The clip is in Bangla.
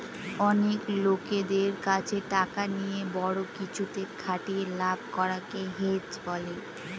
অনেক লোকদের কাছে টাকা নিয়ে বড়ো কিছুতে খাটিয়ে লাভ করাকে হেজ বলে